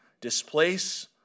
Displace